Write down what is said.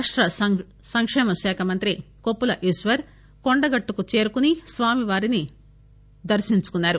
రాష్ట సంకేమ శాఖ మంత్రి కొప్పుల ఈశ్వర్ కొండగట్టుకు చేరుకొని స్వామివారిని దర్పించుకున్నారు